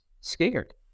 scared